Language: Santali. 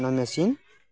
ᱚᱱᱟ ᱢᱮᱥᱤᱱ